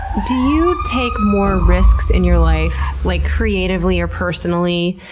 do you take more risks in your life, like creatively or personally,